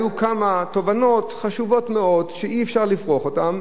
היו כמה תובנות חשובות מאוד שאי-אפשר להפריך אותן,